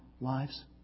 lives